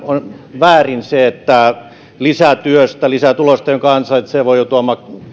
on väärin se että lisätyöstä lisätulosta jonka ansaitsee voi joutua